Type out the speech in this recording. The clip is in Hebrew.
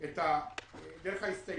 את הדבר הזה דרך ההסתייגות